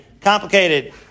complicated